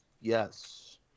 Yes